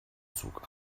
zog